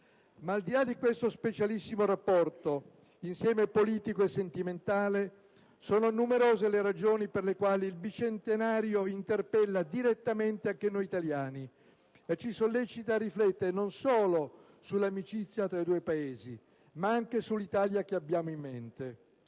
Ma al di là di questo specialissimo rapporto, insieme politico e sentimentale, sono numerose le ragioni per le quali il bicentenario interpella direttamente anche noi italiani e ci sollecita a riflettere non solo sull'amicizia tra i due Paesi, ma anche sull'Italia che abbiamo in mente.